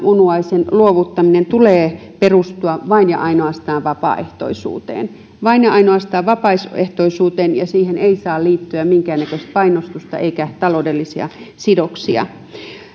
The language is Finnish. munuaisen luovuttamisen tulee perustua vain ja ainoastaan vapaaehtoisuuteen vain ja ainoastaan vapaaehtoisuuteen ja siihen ei saa liittyä minkäännäköistä painostusta eikä taloudellisia sidoksia